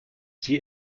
sie